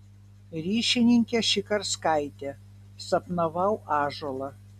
ryšininkė šikarskaitė sapnavau ąžuolą